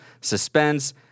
suspense